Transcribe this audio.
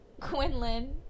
Quinlan